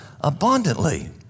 abundantly